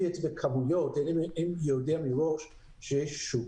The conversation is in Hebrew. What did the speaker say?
כמויות אם הוא לא יודע שיש שוק.